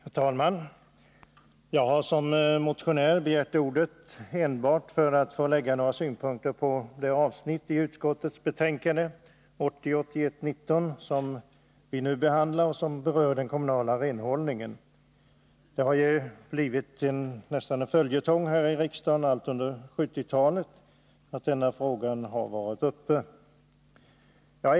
Herr talman! Jag har som motionär begärt ordet enbart för att få anlägga några synpunkter på det avsnitt i utskottets betänkande 1980/81:19 som vi nu behandlar och som berör den kommunala renhållningen. Denna fråga har ju blivit nästan en följetong här i riksdagen under 1970-talet.